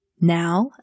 Now